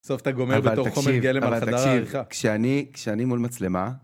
בסוף אתה גומר בתוך חומר גלם על חדר העריכה. אבל תקשיב, כשאני מול מצלמה...